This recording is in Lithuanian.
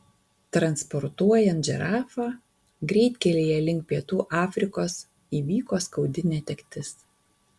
transportuojant žirafą greitkelyje link pietų afrikos įvyko skaudi netektis